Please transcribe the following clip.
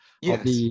Yes